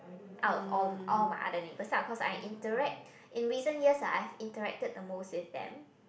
out of all all my other neighbours ah cause I interact in recent years I've interacted the most with them